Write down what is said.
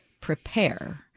prepare